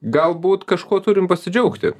galbūt kažkuo turim pasidžiaugti